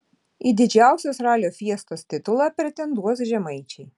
į didžiausios ralio fiestos titulą pretenduos žemaičiai